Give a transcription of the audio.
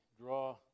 draw